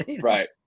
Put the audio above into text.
right